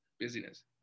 Busyness